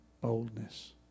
boldness